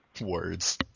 Words